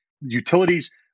Utilities